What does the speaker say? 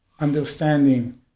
understanding